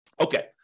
Okay